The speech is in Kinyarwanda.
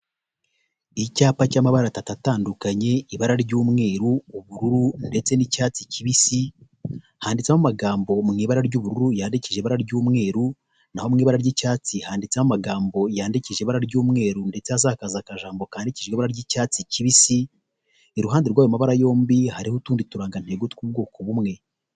Icyapa cy'amabara atatu atandukanye, ibara ry'umweru, ubururu ndetse n'icyatsi kibisi, handitseho amagambo mu ibara ry'ubururu yandikishije ibara ry'umweru na ho mu ibara ry'icyatsi handitseho amagambo yandikishije ibara ry'umweru ndetse hakaza akajambo kandikishije ibara ry'icyatsi kibisi, iruhande rw'ayo mabara yombi hariho utundi turangantego tw'ubwoko bumwe.